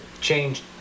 change